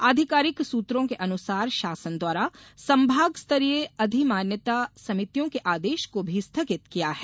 आधिकारिक सूत्रों के अनुसार शासन द्वारा संभाग स्तरीय अधिमान्यता समितियों के आदेश को भी स्थगित किया है